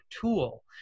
tool